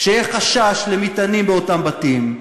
כשיהיה חשש למטענים באותם בתים,